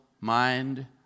mind